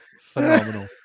Phenomenal